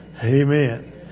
amen